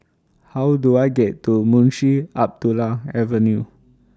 How Do I get to Munshi Abdullah Avenue